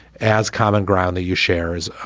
as common ground that you shares. ah